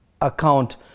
account